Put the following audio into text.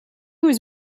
was